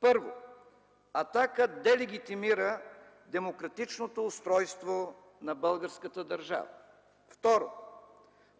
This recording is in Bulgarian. първо, „Атака” делегитимира демократичното устройство на българската държава; второ,